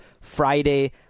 Friday